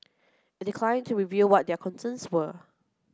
it declined to reveal what their concerns were